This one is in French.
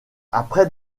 après